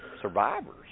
survivors